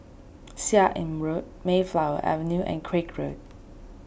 Seah Im Road Mayflower Avenue and Craig Road